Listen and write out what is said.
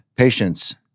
Patience